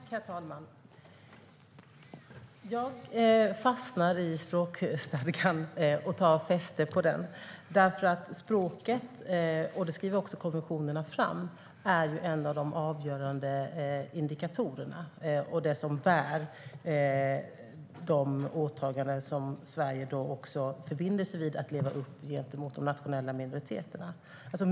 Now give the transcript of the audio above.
Herr talman! Jag fastnar vid språkstadgan och tar fäste på den. Språket - och det skrivs också i konventionerna - är en av de avgörande indikatorerna och det som bär de åtaganden som Sverige har förbundit sig att leva upp till gentemot de nationella minoriteterna.